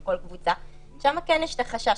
שם כן יש חשש.